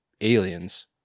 Aliens